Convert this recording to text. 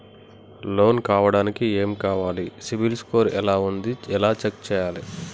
Loan కావడానికి ఏమి కావాలి సిబిల్ స్కోర్ ఎలా ఉంది ఎలా చెక్ చేయాలి?